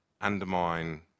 undermine